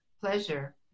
Pleasure